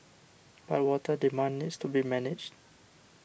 but water demand needs to be managed